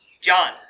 John